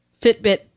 fitbit